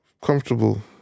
comfortable